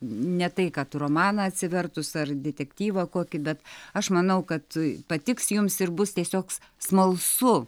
ne tai kad romaną atsivertus ar detektyvą kokį bet aš manau kad patiks jums ir bus tiesiog smalsu